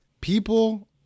People